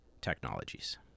Technologies